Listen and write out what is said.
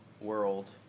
world